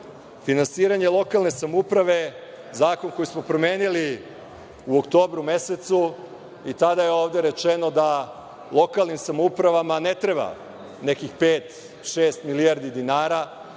finansiranje lokalne samouprave, Zakon koji smo promenili u oktobru mesecu, tada je ovde rečeno da lokalnim samoupravama ne treba nekih pet, šest milijardi dinara,